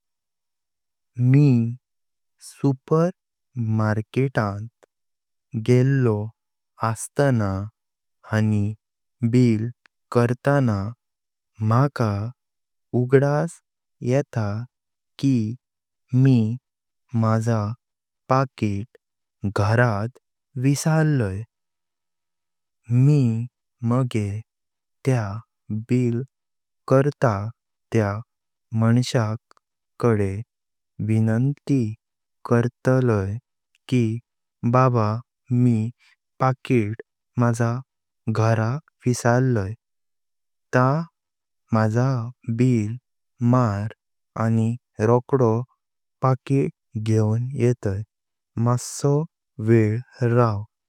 मी सूपरमार्केटान गेलो अस्ताना आणी बिल करताना म्हाका उगदास येता कि मी माझा पाकिट घरात विसरलांय। मी मागे त्या बिल करत त्या मंसा कडे विनंती करतलांय कि बाबा मी पाकिट माझा घरा विसरलांय तहां माझा बिल मार मी रोकडो पाकिट घेवन येतांय माठ्सो वेळ रव।